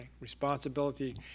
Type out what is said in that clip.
responsibility